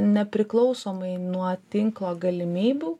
nepriklausomai nuo tinklo galimybių